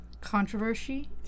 Controversy